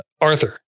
Arthur